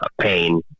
pain